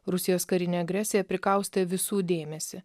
rusijos karinė agresija prikaustė visų dėmesį